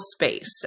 space